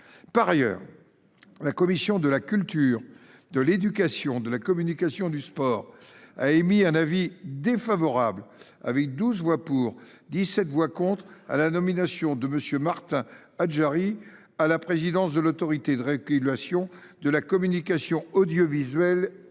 Par ailleurs, la commission de la culture, de l’éducation, de la communication et du sport a émis un avis défavorable, avec douze voix pour et dix sept voix, contre à la nomination de M. Martin Ajdari à la présidence de l’Autorité de régulation de la communication audiovisuelle et numérique.